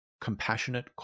compassionate